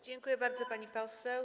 Dziękuję bardzo, pani poseł.